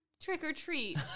trick-or-treat